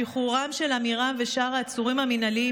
שחרורם של עמירם ושאר העצורים המינהליים